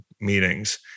meetings